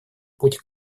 путь